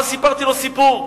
ואז סיפרתי לו סיפור,